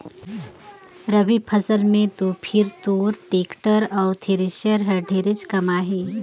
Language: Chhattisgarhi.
रवि फसल मे तो फिर तोर टेक्टर अउ थेरेसर हर ढेरेच कमाही